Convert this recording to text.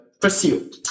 pursue